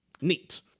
Neat